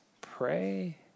pray